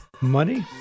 money